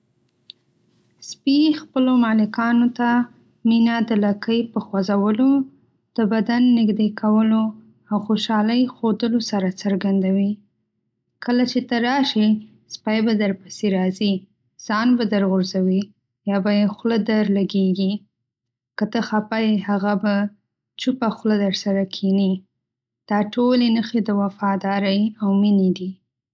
سپي خپلو مالکانو ته مینه د لکۍ په خوځولو، د بدن نږدې کولو، او خوشحالۍ ښودلو سره څرګندوي. کله چې ته راشې، سپی به درپسې راځي، ځان به درغورځوي، یا به یې خوله درلګېږي. که ته خپه یې، هغه به چوپه خوله درسره کښېني. دا ټولې نښې د وفادارۍ او مینې دي.